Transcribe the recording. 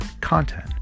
content